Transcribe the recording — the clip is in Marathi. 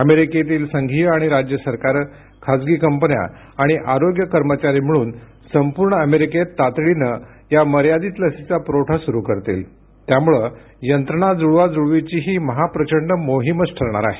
अमेरिकेतील संघीय आणि राज्य सरकारं खासगी कंपन्या आणि आरोग्य कर्मचारी मिळून संपूर्ण अमेरिकेत तातडीनं या मर्यादित लसीचा पुरवठा सुरु करतील त्यामुळे यंत्रणा जुळवाजुळवीची ही महाप्रचंड मोहीमच ठरणार आहे